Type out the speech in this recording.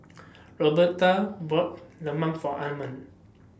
Roberta bought Lemang For Armond